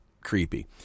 creepy